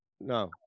no